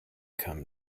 come